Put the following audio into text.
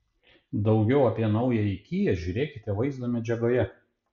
daugiau apie naująjį kia žiūrėkite vaizdo medžiagoje